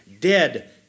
dead